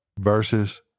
verses